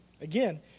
Again